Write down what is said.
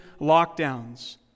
lockdowns